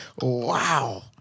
Wow